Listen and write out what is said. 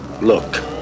Look